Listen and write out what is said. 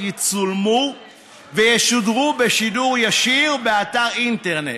יצולמו וישודרו בשידור ישיר באתר אינטרנט,